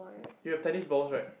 you have tennis balls right